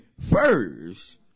first